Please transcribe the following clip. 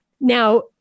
Now